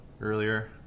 earlier